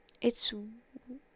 it's-